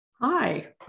Hi